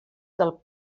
del